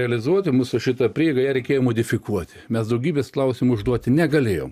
realizuoti mūsų šitą prieigą ją reikėjo modifikuoti mes daugybės klausimų užduoti negalėjom